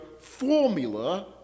formula